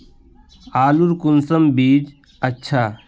आलूर कुंसम बीज अच्छा?